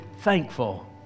thankful